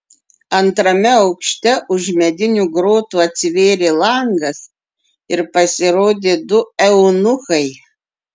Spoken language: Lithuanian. antrame aukšte už medinių grotų atsivėrė langas ir pasirodė du eunuchai